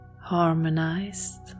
harmonized